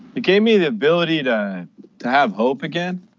it gave me the ability to have hope again,